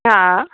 हा